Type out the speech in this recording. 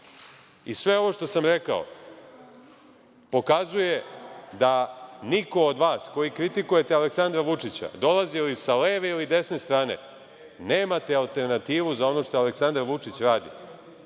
ovo što sam rekao pokazuje da niko od vas koji kritikujete Aleksandra Vučića, dolazili sa leve ili sa desne strane, nemate alternativu za ono što Aleksandar Vučić radi. Ja